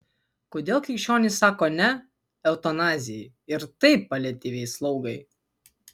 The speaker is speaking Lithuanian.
kodėl krikščionys sako ne eutanazijai ir taip paliatyviai slaugai